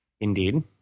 Indeed